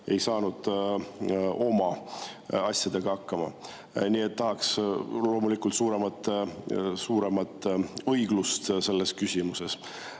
ei saadud oma asjadega hakkama. Nii et tahaks loomulikult suuremat õiglust selles küsimuses.